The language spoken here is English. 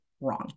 wrong